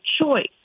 choice